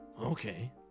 okay